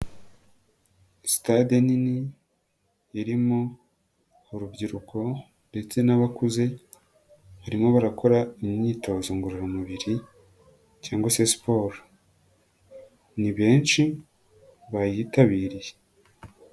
Sitade nini, irimo mu urubyiruko ndetse n'abakuze, barimo barakora imyitozo ngororamubiri cyangwa se siporo, ni benshi bayitabiriye.